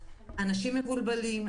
אנשים מבולבלים,